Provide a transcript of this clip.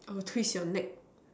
I'll twist your neck